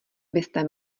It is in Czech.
byste